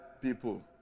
people